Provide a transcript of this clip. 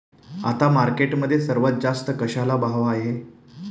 आता मार्केटमध्ये सर्वात जास्त कशाला भाव आहे?